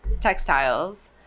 textiles